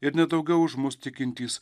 ir nedaugiau už mus tikintys